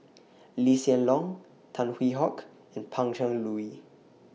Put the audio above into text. Lee Hsien Loong Tan Hwee Hock and Pan Cheng Lui